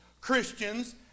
Christians